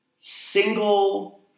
single